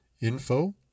info